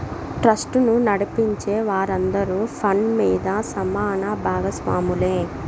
ట్రస్టును నడిపించే వారందరూ ఫండ్ మీద సమాన బాగస్వాములే